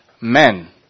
men